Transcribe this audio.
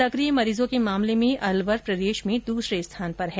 सकिय मरीजों के मामले में अलवर प्रदेश में दूसरे स्थान पर है